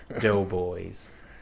doughboys